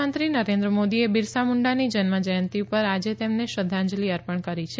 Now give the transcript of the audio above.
પ્રધાનમંત્રી નરેન્દ્ર મોદીએ બિરસા મુંડાની જન્મજ્યંતિ પર આજે તેમને શ્રધ્ધાંજલી અર્પણ કરી છે